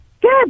good